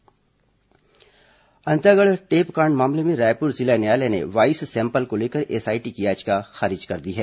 अंतागढ़ टेपकांड अंतागढ़ टेपकांड मामले में रायपुर जिला न्यायालय ने वाईस सैंपल को लेकर एसआईटी की याचिका खारिज कर दी है